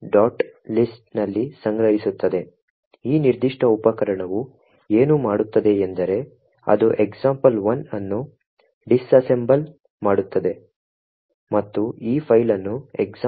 lst ನಲ್ಲಿ ಸಂಗ್ರಹಿಸುತ್ತದೆ ಈ ನಿರ್ದಿಷ್ಟ ಉಪಕರಣವು ಏನು ಮಾಡುತ್ತದೆ ಎಂದರೆ ಅದು example1 ಅನ್ನು ಡಿಸ್ಅಸೆಂಬಲ್ ಮಾಡುತ್ತದೆ ಮತ್ತು ಈ ಫೈಲ್ ಅನ್ನು example1